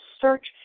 search